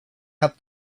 had